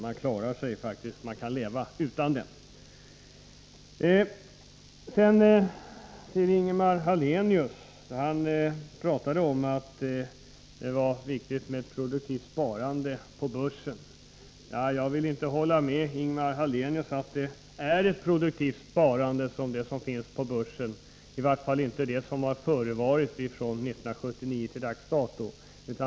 Man kan leva utan den! Sedan några ord till Ingemar Hallenius. Han talade om att det är viktigt med ett produktivt sparande, som det som sker genom affärerna på börsen. Jag vill inte hålla med Ingemar Hallenius om att det är ett produktivt sparande som sker där —i varje fall inte det som skett från 1979 till dags dato.